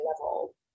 level